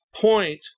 point